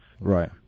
Right